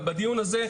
בדיון הזה,